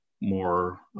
more